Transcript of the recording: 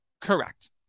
correct